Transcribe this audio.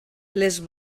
les